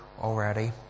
already